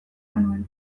genuen